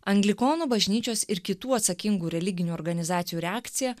anglikonų bažnyčios ir kitų atsakingų religinių organizacijų reakcija